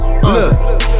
Look